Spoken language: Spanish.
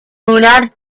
durar